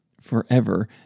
forever